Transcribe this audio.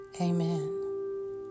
Amen